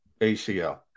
ACL